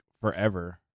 forever